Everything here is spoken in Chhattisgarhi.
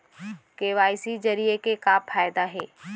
के.वाई.सी जरिए के का फायदा हे?